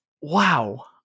wow